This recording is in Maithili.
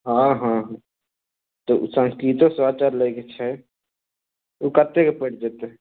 हँ हँ तऽ ओ संस्कृतो किताब सब लै के छै ओ कतेक के पड़ि जेतै